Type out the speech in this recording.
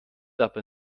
aber